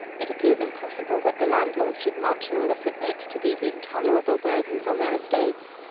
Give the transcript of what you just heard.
it appears impossible that the landlords should much longer submit to these intolerable burdens on their estates.